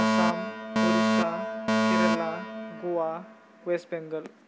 Assam Orissa Kerala Goa west Bengal